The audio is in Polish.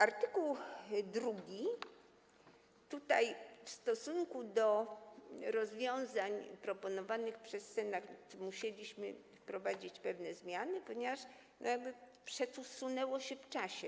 Art. 2 - tutaj w stosunku do rozwiązań proponowanych przez Senat musieliśmy wprowadzić pewne zmiany, ponieważ przesunęło się w czasie.